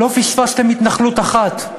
לא פספסתם התנחלות אחת.